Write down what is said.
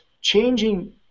changing